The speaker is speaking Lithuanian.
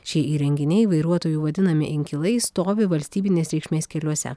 šie įrenginiai vairuotojų vadinami inkilai stovi valstybinės reikšmės keliuose